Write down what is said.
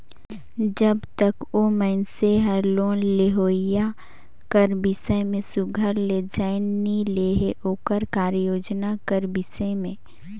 जब तक ओ मइनसे हर लोन लेहोइया कर बिसे में सुग्घर ले जाएन नी लेहे ओकर कारयोजना कर बिसे में